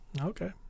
okay